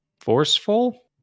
forceful